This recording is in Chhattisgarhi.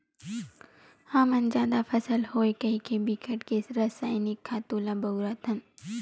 हमन जादा फसल होवय कहिके बिकट के रसइनिक खातू ल बउरत हन